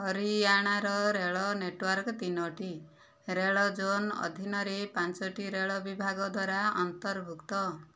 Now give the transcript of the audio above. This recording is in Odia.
ହରିୟାଣାର ରେଳ ନେଟୱାର୍କ ତିନୋଟି ରେଳ ଜୋନ୍ ଅଧୀନରେ ପାଞ୍ଚଟି ରେଳ ବିଭାଗ ଦ୍ୱାରା ଅନ୍ତର୍ଭୁକ୍ତ